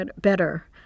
better